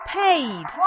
paid